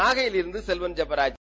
நாகையிலிருந்து Selvan Jebaraj